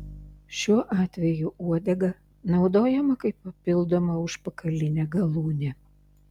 šiuo atveju uodega naudojama kaip papildoma užpakalinė galūnė